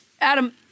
Adam